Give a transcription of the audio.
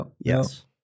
Yes